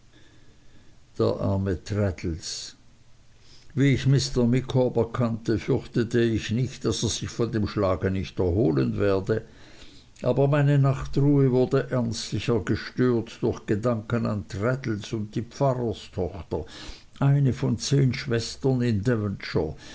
traddles wie ich mr micawber kannte fürchtete ich nicht daß er sich von dem schlage nicht erholen werde aber meine nachtruhe wurde ernstlicher gestört durch gedanken an traddles und die pfarrerstochter eine von zehn schwestern in